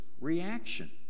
reaction